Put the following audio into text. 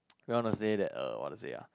we want to say that err what to say uh